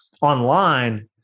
Online